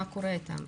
מה קורה איתם,